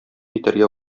итәргә